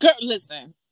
Listen